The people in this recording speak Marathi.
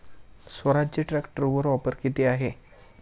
स्वराज्य ट्रॅक्टरवर ऑफर किती आहे?